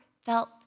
felt